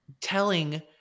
telling